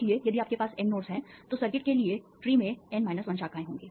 इसलिए यदि आपके पास N नोड्स हैं तो सर्किट के लिए ट्री में N 1 शाखाएं होंगी